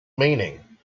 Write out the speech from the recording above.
meaning